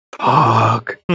fuck